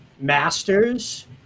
master's